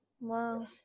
Wow